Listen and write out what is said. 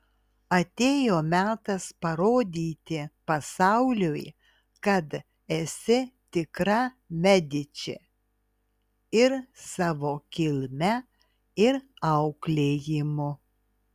atėjo metas parodyti pasauliui kad esi tikra mediči ir savo kilme ir auklėjimu